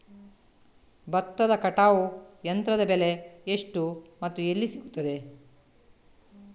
ಭತ್ತದ ಕಟಾವು ಯಂತ್ರದ ಬೆಲೆ ಎಷ್ಟು ಮತ್ತು ಎಲ್ಲಿ ಸಿಗುತ್ತದೆ?